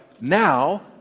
Now